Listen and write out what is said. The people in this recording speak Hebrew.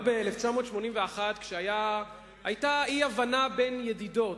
אבל ב-1981 היתה אי-הבנה בין ידידות,